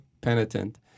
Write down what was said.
penitent